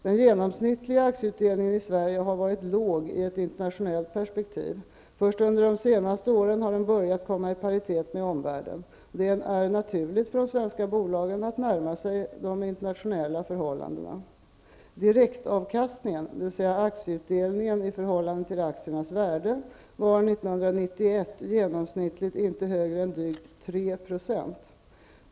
Den genomsnittliga aktieutdelningen i Sverige har varit låg i ett internationellt perspektiv. Först under de senaste åren har den börjat komma i paritet med vad som gäller i omvärlden. Det är naturligt för de svenska bolagen att närma sig de internationella förhållandena. Direktavkastningen, dvs. aktieutdelningen i förhållande till aktiernas värde, var 1991 genomsnittligt inte högre än drygt 3 Zo.